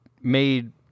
made